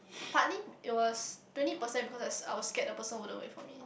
partly it was twenty percent because I was scared the person wouldn't wait for me